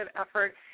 effort